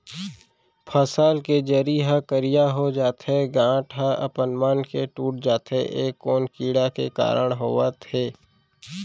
फसल के जरी ह करिया हो जाथे, गांठ ह अपनमन के टूट जाथे ए कोन कीड़ा के कारण होवत हे?